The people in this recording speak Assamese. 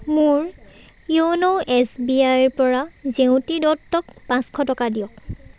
মোৰ য়োন' এছ বি আইৰপৰা জেউতি দত্তক পাঁচশ টকা দিয়ক